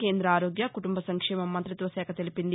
కేంద ఆరోగ్య కుటుంబ సంక్షేమ మంతిత్వ శాఖ తెలిపింది